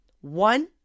One